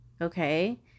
Okay